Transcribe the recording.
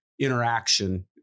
interaction